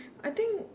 I think